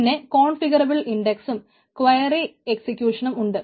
പിന്നെ കോൺഫിഗറുബിൾ ഇൻടക്സും ക്വായറി എക്സിക്യൂഷനും ഉണ്ട്